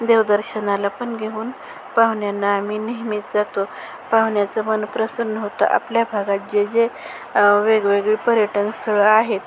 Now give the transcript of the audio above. देवदर्शनाला पण घेऊन पाहुण्यांना आम्ही नेहमीच जातो पाहुण्याचं मन प्रसन्न होतं आपल्या भागात जे जे वेगवेगळे पर्यटन स्थळं आहेत